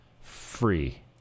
free